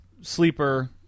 sleeper